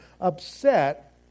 upset